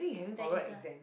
there is a